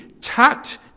tucked